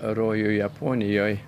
rojų japonijoj